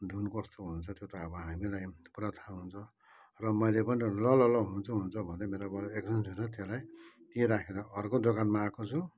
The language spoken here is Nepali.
धुन कस्तो हुन्छ त्यो त अब हामीलाई पुरा थाहा हुन्छ र मैले पनि ल ल ल हुन्छ हुन्छ भन्दै मेरो पालो एक छिन सुनेँ त्यसलाई तहीँ राखेर अर्को दोकानमा आएको छु